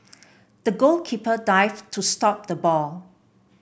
the goalkeeper dived to stop the ball